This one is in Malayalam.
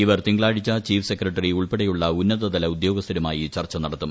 ഇവർ തിങ്കളാഴ്ച ചീഫ് സെക്രട്ടറി ഉൾപ്പെടെയുള്ള ഉന്നതതല ഉദ്യോഗസ്ഥരുമായി ചർച്ച നടത്തും